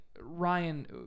ryan